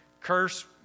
Curse